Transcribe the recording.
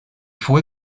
fue